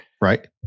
Right